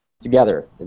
Together